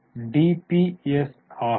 S ஆகும்